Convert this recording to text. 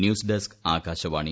news desk Akashvani